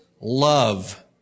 love